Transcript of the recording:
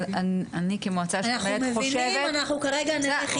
אבל אני כמועצה לשלום ילד חושבת שצריך